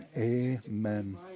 Amen